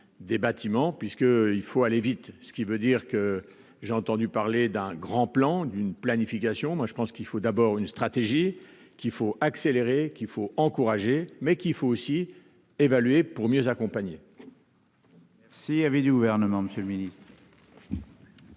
des bâtiments puisque, il faut aller vite, ce qui veut dire que j'ai entendu parler d'un grand plan d'une planification, moi je pense qu'il faut d'abord une stratégie qu'il faut accélérer, qu'il faut encourager, mais qu'il faut aussi évaluer pour mieux accompagner. S'il avait du gouvernement Monsieur le Ministre.